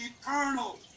eternal